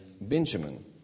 Benjamin